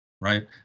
right